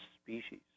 species